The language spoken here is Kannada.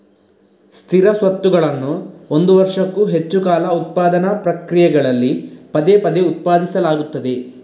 ಸ್ಥಿರ ಸ್ವತ್ತುಗಳನ್ನು ಒಂದು ವರ್ಷಕ್ಕೂ ಹೆಚ್ಚು ಕಾಲ ಉತ್ಪಾದನಾ ಪ್ರಕ್ರಿಯೆಗಳಲ್ಲಿ ಪದೇ ಪದೇ ಉತ್ಪಾದಿಸಲಾಗುತ್ತದೆ